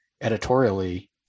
editorially